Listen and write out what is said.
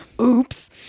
oops